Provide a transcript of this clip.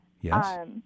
Yes